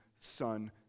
son